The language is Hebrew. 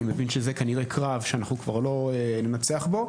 אני מבין שזה כנראה קרב שכבר לא ננצח בו.